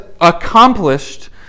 accomplished